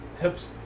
hips